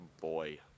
boy